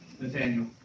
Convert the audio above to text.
Nathaniel